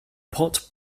pot